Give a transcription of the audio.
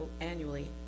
annually